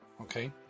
okay